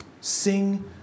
Sing